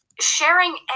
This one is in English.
sharing